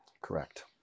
Correct